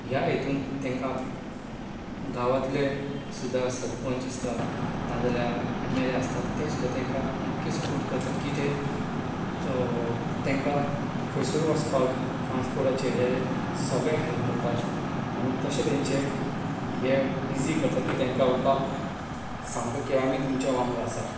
ह्या हातूंत तांकां गांवांतले सुद्धा सरपंच आसता नाजाल्यार यम यल ए ते सुद्धा तांकां इतके सपोर्ट करता तो तांकां खंयसर वचपाक ट्रान्सपोर्टाची हेर सगळ्यांक हॅल्प करतात आनी तशें तांचें हें ईजी करतात की तांकां बाबा सांगता की आमी तुमचे वांगडा आसात